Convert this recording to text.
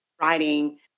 writing